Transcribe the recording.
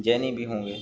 جینی بھی ہوں گے